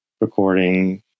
recording